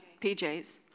PJs